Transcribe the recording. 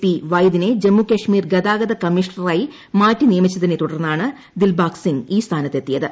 P വൈദിനെ Jammu Kashmir ഗതാഗത കമ്മീഷണറായി മാറ്റി നിയമിച്ചതിനെ തുടർന്നാണ് ദിൽബാഗ് സിങ് ഈ സ്ഥാനത്ത് എത്തിയത്